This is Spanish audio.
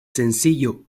sencillo